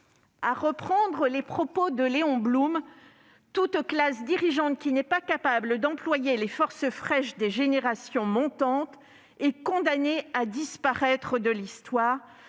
reprendre les propos de Léon Blum :« Toute classe dirigeante [qui n'est pas capable] d'employer la force fraîche des générations montantes, est condamnée à disparaître de l'histoire.